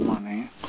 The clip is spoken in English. money